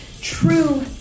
true